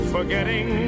Forgetting